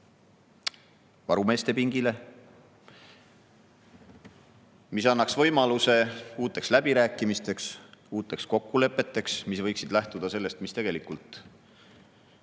varumeeste pingile. See annaks võimaluse uuteks läbirääkimisteks, uuteks kokkulepeteks, mis võiksid lähtuda sellest, mis tegelikult